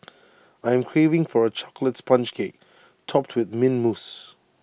I am craving for A Chocolate Sponge Cake Topped with Mint Mousse